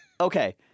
okay